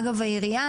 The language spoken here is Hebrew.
אגב העירייה,